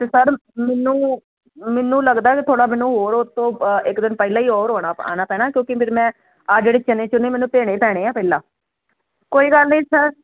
ਤੇ ਸਰ ਮੈਨੂੰ ਮੈਨੂੰ ਲੱਗਦਾ ਕਿ ਥੋੜਾ ਮੈਨੂੰ ਹੋਰ ਉਤੋਂ ਇਕ ਦਿਨ ਪਹਿਲਾ ਹੋਰ ਆਉਣਾ ਪੈਣਾ ਕਿਉਂਕੀ ਫਿਰ ਮੈਂ ਆਹ ਜਿਹੜੇ ਚਨੇ ਚੁਨੇ ਭੇਣੇ ਪੈਣੇ ਆ ਪਹਿਲਾਂ ਕੋਈ ਗੱਲ ਨੀ ਸਰ